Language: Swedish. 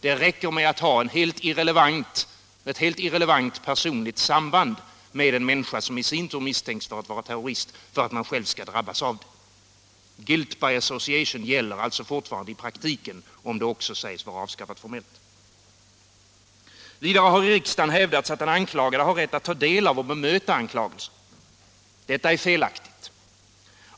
Det räcker med att man har ett helt irrelevant personligt samband med en människa, som i sin tur misstänks för att vara terrorist, för att man själv skall drabbas. ”Guilt by association” gäller alltså fortfarande i praktiken, även om detta sägs vara avskaffat formellt. Vidare har i riksdagen hävdats att den anklagade har rätt att ta del av och bemöta anklagelser. Detta är felaktigt.